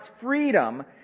freedom